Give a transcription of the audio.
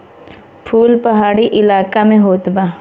फूल पहाड़ी इलाका में होत बा